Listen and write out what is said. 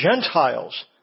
Gentiles